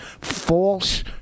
false